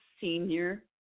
Senior